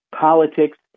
politics